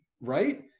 Right